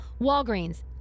Walgreens